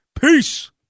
Peace